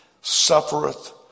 suffereth